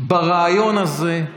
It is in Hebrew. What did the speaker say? ברעיון הזה,